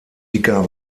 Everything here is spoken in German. dicker